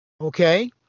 Okay